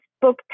book